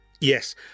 Yes